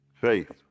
faith